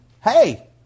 hey